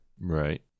Right